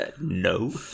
No